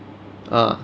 ah